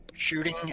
shooting